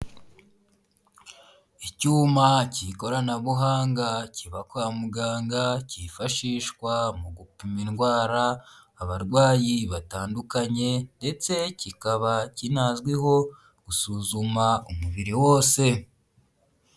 Icyuma cy'ikoranabuhanga kiba kwa muganga, cyifashishwa mu gupima indwara abarwayi batandukanye ndetse kikaba kinazwiho gusuzuma umubiri wose.